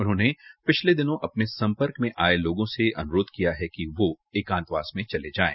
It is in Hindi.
उन्होंने पिछले दिनों अपने सम्पर्क में आये लोगों से अनुरोध किया कि वो एकांतवास में चले जायें